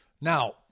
Now